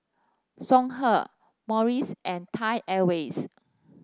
Songhe Morries and Thai Airways